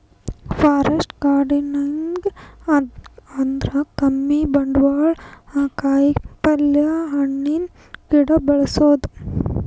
forest gardening ಅಂದ್ರ ಕಮ್ಮಿ ಬಂಡ್ವಾಳ್ದಾಗ್ ಕಾಯಿಪಲ್ಯ, ಹಣ್ಣಿನ್ ಗಿಡ ಬೆಳಸದು